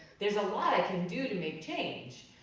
there's a lot i can do to make change.